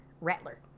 Rattler